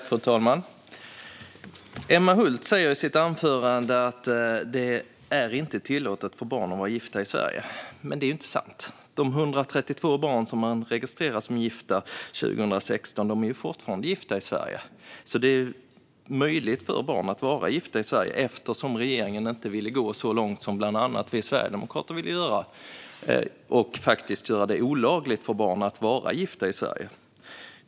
Fru talman! Emma Hult sa i sitt anförande att det inte är tillåtet för barn att vara gifta i Sverige, men det är inte sant. De 132 barn som 2016 registrerades som gifta är fortfarande gifta i Sverige. Det är alltså möjligt för barn att vara gifta i Sverige, eftersom regeringen inte ville gå så långt som bland annat vi sverigedemokrater ville göra och faktiskt göra det olagligt för barn att vara gifta i Sverige.